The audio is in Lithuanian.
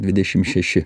dvidešim šeši